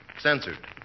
censored